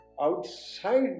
outside